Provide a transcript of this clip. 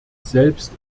selbst